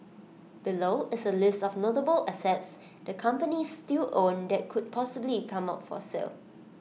below is A list of notable assets the companies still own that could possibly come up for sale